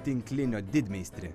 tinklinio didmeistri